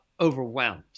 overwhelmed